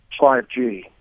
5G